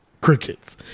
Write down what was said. crickets